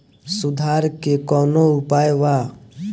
सुधार के कौनोउपाय वा?